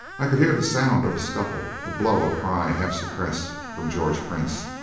i could hear the sound of a scuffle. a blow a cry, half suppressed, from george prince.